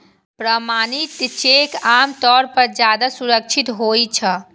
प्रमाणित चेक आम तौर पर ज्यादा सुरक्षित होइ छै